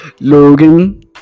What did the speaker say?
logan